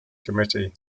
committee